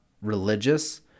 religious